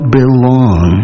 belong